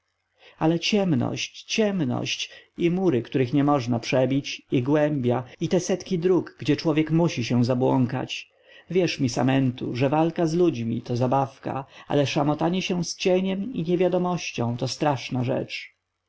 ale ciemność ciemność i mury których nie można przebić i głębia i te setki dróg gdzie człowiek musi się zabłąkać wierz mi samentu że walka z ludźmi to zabawka ale szamotanie się z cieniem i nieświadomością to straszna rzecz